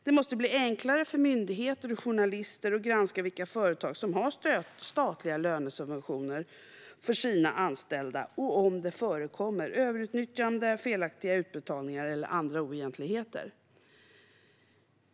Det måste bli enklare för myndigheter och journalister att granska vilka företag som har statliga lönesubventioner för sina anställda och om det förekommer överutnyttjande, felaktiga utbetalningar eller andra oegentligheter.